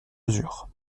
mesure